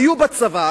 היו בצבא,